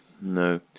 no